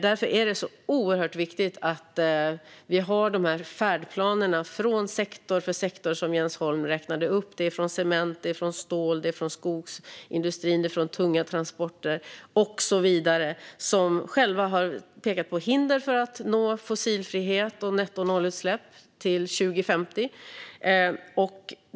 Därför är det så oerhört viktigt att vi har de här färdplanerna från sektor för sektor, som Jens Holm räknade upp. Cement-, stål och skogsindustrin, tunga transporter och så vidare har själva pekat på hinder för att nå fossilfrihet och nettonollutsläpp till 2050.